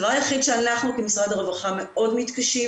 הדבר היחיד שאנחנו כמשרד הרווחה מאוד מתקשים